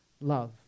love